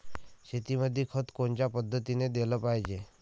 शेतीमंदी खत कोनच्या पद्धतीने देलं पाहिजे?